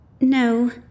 No